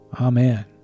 Amen